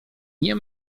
nie